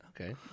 Okay